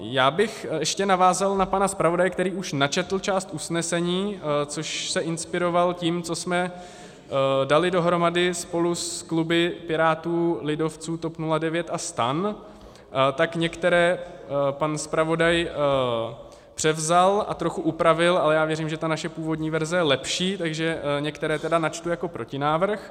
Já bych ještě navázal na pana zpravodaje, který už načetl část usnesení, což se inspiroval tím, co jsme dali dohromady spolu s kluby Pirátů, lidovců, TOP 09 a STAN, tak některé pan zpravodaj převzal a trochu upravil, ale já věřím, že ta naše původní verze je lepší, takže některé tedy načtu jako protinávrh.